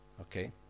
Okay